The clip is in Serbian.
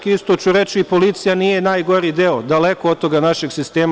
Isto ću reći da policija nije najgori deo, daleko od toga, našeg sistema.